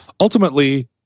ultimately